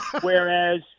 whereas